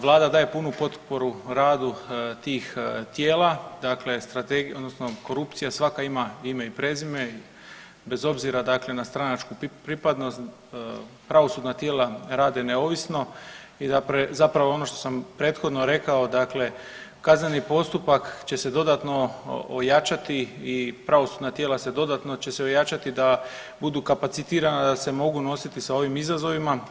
Vlada daje punu potporu radu tih tijela, dakle strategija odnosno korupcija svaka ima ime i prezime bez obzira dakle na stranačku pripadnost, pravosudna tijela rade neovisno i zapravo ono što sam prethodno rekao, dakle kazneni postupak će se dodatno ojačati i pravosudna tijela se dodatno će se ojačati da budu kapacitirana da se mogu nositi sa ovim izazovima.